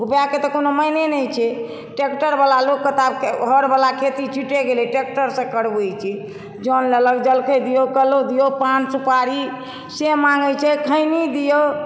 उपायके तऽ कोनो मायने नहि छै ट्रैक्टरवला लोकके तऽ आब हरवला खेती छुटिए गेलै ट्रैक्टरसँ करबैत छै जऽन लेलक जलखै दियौ कलौ दियौ पान सुपारी से मङ्गैत छै खैनी दियौ